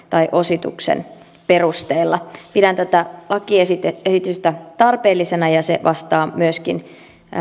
tai osituksen perusteella pidän tätä lakiesitystä tarpeellisena ja se vastaa myöskin